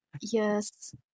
Yes